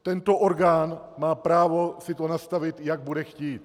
Tento orgán má právo si to nastavit, jak bude chtít.